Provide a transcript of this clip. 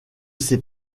ces